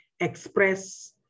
express